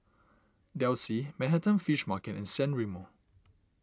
Delsey Manhattan Fish Market and San Remo